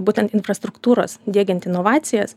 būtent infrastruktūros diegiant inovacijas